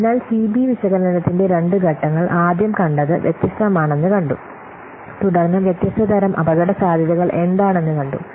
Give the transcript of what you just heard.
അതിനാൽ സിബി വിശകലനത്തിന്റെ രണ്ട് ഘട്ടങ്ങൾ ആദ്യം കണ്ടത് വ്യത്യസ്തമാണെന്ന് കണ്ടു തുടർന്ന് വ്യത്യസ്ത തരം അപകടസാധ്യതകൾ എന്താണെന്ന് കണ്ടു